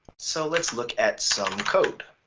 so let's look at some code.